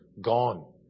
Gone